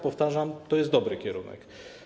Powtarzam, to jest dobry kierunek.